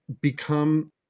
become